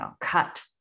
cut